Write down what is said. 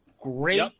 Great